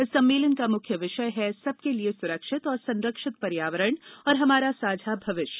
इस सम्मेलन का मुख्य विषय है सबके लिए सुरक्षित और संरक्षित पर्यावरण और हमारा साझा भविष्य